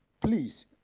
Please